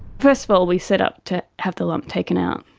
first of all we set up to have the lump taken out.